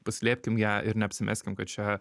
paslėpkim ją ir neapsimeskim kad čia